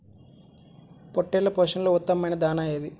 పొట్టెళ్ల పోషణలో ఉత్తమమైన దాణా ఏది?